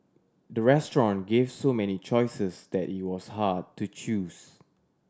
the restaurant gave so many choices that it was hard to choose